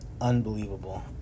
unbelievable